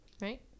right